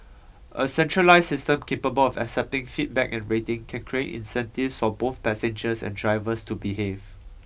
a centralised system capable of accepting feedback and rating can create incentives for both passengers and drivers to behave